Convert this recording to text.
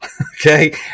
okay